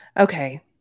Okay